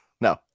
no